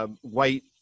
White